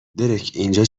درکاینجا